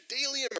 daily